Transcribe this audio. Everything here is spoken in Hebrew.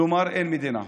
כלומר, אין מדינה.